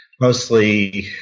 mostly –